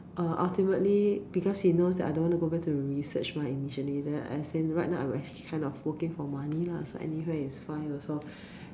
uh ultimately because he knows that I don't want to go back to the research mah initially then as in right now I am actually kind of working for money lah so anywhere is fine also